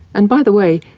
and, by the way,